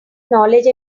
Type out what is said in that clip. knowledge